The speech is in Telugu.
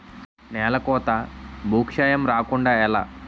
నేలకోత భూక్షయం రాకుండ ఎలా?